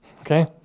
Okay